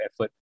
effort